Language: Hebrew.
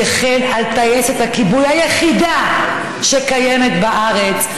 וכן על טייסת הכיבוי היחידה שקיימת בארץ.